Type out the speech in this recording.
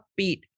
upbeat